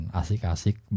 asik-asik